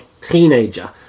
teenager